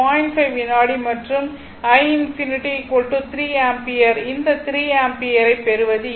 5 வினாடி மற்றும் i∞ 3 ampere இந்த 3 ஆம்பியர் ஐப் பெறுவது எப்படி